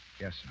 Yes